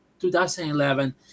2011